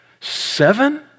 Seven